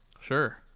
Sure